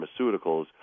pharmaceuticals